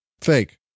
fake